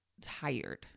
tired